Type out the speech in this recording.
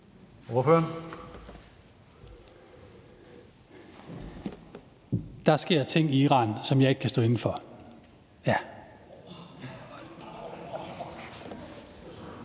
Elmstrøm (M): Der sker ting i Iran, som jeg ikke kan stå inde for – ja.